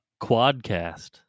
quadcast